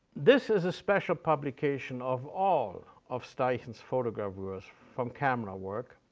this is a special publication of all of steichen's photogravures from camera work,